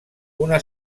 una